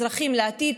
אזרחים לעתיד,